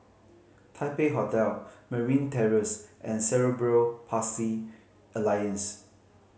Taipei Hotel Merryn Terrace and Cerebral Palsy Alliance